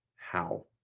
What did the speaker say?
how?